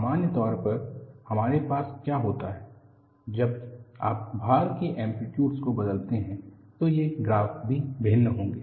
सामान्य तौर पर हमारे पास क्या होता है जब आप भार के ऐम्प्लिटियूड को बदलते हैं तो ये ग्राफ़ भी भिन्न होंगे